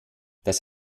das